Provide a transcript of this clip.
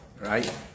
right